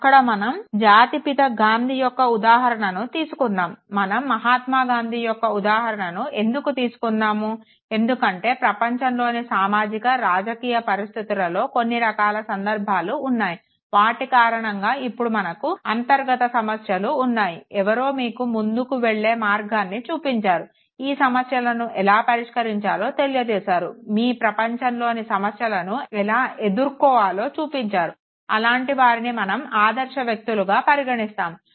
అక్కడ మనం జాతిపిత గాంధీ యొక్క ఉదాహరణను తీసుకున్నాము మనం మహాత్మా గాంధీ యొక్క ఉదాహరణను ఎందుకు తీసుకున్నాము ఎందుకంటే ప్రపంచంలోని సామాజిక రాజకీయ పరిస్థితులలో కొన్ని రకాల సందర్భాలు ఉన్నాయి వాటి కారణంగా ఇప్పుడు మనకు అంతర్గత సమస్యలు ఉన్నాయి ఎవరో మీకు ముందుకి వెళ్ళే మార్గాన్ని చూపించారు ఈ సమస్యలను ఎలా పరిష్కరించాలో తెలియజేశారు మీ ప్రపంచంలోని సమస్యలను ఎలా ఎదుర్కోవాలో చూపించారు అలాంటివారిని మనం ఆదర్శ వ్యక్తులుగా పరిగణిస్తాము